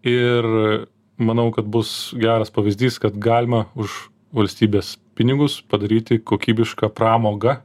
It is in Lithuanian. ir manau kad bus geras pavyzdys kad galima už valstybės pinigus padaryti kokybišką pramogą